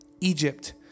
Egypt